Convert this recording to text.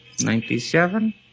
Ninety-seven